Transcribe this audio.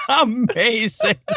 Amazing